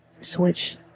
switch